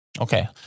Okay